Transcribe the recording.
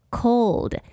cold